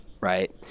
Right